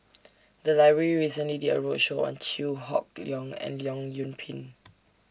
The Library recently did A roadshow on Chew Hock Leong and Leong Yoon Pin